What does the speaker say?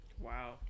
Wow